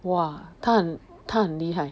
!wah! 他很他很厉害